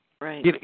Right